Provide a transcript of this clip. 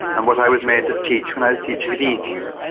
and what i was made to teach when i was teaching at eton.